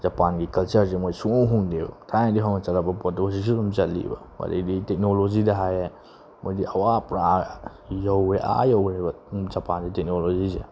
ꯖꯄꯥꯟꯒꯤ ꯀꯜꯆꯔꯁꯦ ꯃꯣꯏ ꯁꯨꯛꯍꯣꯡ ꯍꯣꯡꯗꯦꯕ ꯊꯥꯏꯅꯗꯒꯤ ꯍꯧꯅ ꯆꯠꯅꯕ ꯄꯣꯠꯇꯣ ꯍꯧꯖꯤꯛꯁꯨ ꯑꯗꯨꯝ ꯆꯠꯂꯤꯑꯕ ꯑꯗꯒꯤꯗꯤ ꯇꯦꯛꯅꯣꯂꯣꯖꯤꯗ ꯍꯥꯏꯔꯦ ꯃꯣꯏꯗꯤ ꯄꯨꯔꯥ ꯌꯧꯔꯦ ꯑꯥ ꯌꯧꯔꯦꯕ ꯖꯄꯥꯟꯒꯤ ꯇꯦꯛꯅꯣꯂꯣꯖꯤꯁꯦ